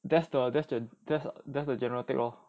that's the that's the that's the general take lor